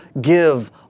give